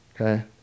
Okay